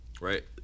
Right